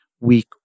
week